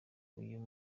uyu